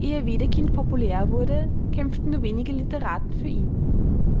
ehe wedekind populär wurde kämpften nur wenige litteraten für ihn